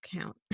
count